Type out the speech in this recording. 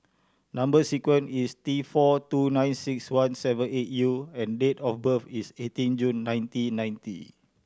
number sequence is T four two nine six one seven eight U and date of birth is eighteen June nineteen ninety